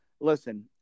Listen